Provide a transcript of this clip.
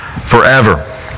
forever